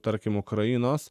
tarkim ukrainos